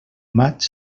maig